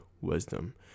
wisdom